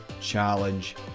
challenge